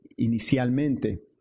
Inicialmente